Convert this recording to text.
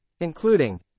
including